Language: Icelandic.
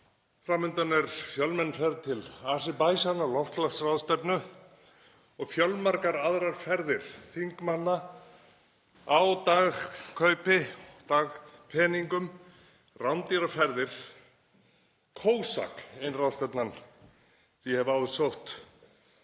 Fram undan er fjölmenn ferð til Aserbaísjan á loftslagsráðstefnu og fjölmargar aðrar ferðir þingmanna á dagkaupi, dagpeningum, rándýrar ferðir. COSAC er ein ráðstefnan sem ég hef áður sótt